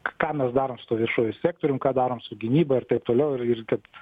ką mes darom su tuo viešuoju sektorium ką darom su gynyba ir taip toliau ir kad